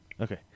okay